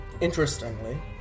Interestingly